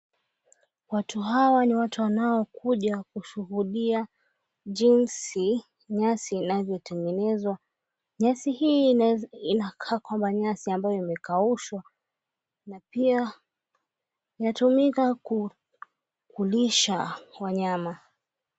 Watu hawa ni watu wanaokuja kushuhudia jinsi nyasi inavyotengenezwa. Nyasi hii inakaa kwamba nyasi ambayo imekaushwa na pia inatumika kulisha wanyama.